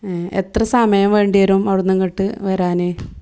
എത്ര സമയം വേണ്ടി വരും അവിടെ നിന്ന് ഇങ്ങോട്ട് വരാൻ